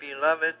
beloved